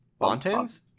Bontans